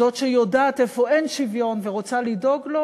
זאת שיודעת איפה אין שוויון ורוצה לדאוג לו